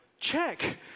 check